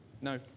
no